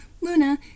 Luna